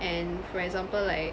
and for example like